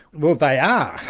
well they are.